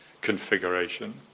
configuration